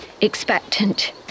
expectant